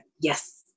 yes